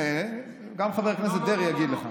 לא, לא, לא, הינה, גם חבר הכנסת דרעי יגיד לך.